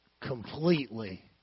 completely